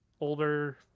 Older